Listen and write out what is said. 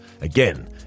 again